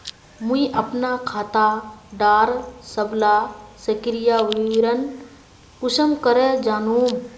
मुई अपना खाता डार सबला सक्रिय विवरण कुंसम करे जानुम?